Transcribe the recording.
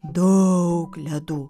daug ledų